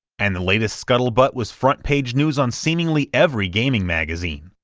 and the latest scuttlebutt was front page news on seemingly every gaming magazine.